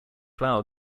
flower